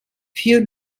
für